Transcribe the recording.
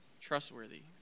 Trustworthy